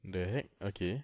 the heck okay